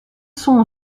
sont